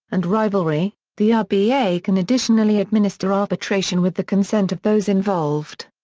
and rivalry, the rba can additionally administer arbitration with the consent of those involved.